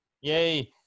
Yay